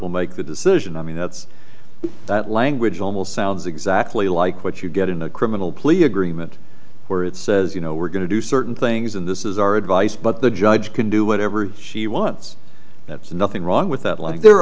will make the decision i mean that's that language almost sounds exactly like what you get in a criminal plea agreement where it says you know we're going to do certain things in this is our advice but the judge can do whatever she wants that's nothing wrong with that like they're